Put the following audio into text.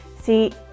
See